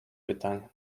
pytanie